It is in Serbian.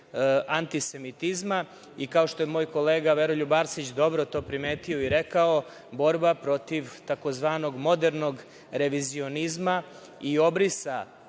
antisemitizma i, kao što je moj kolega Veroljub Arsić dobro to primetio i rekao, borba protiv tzv. modernog revizionizma i obrisa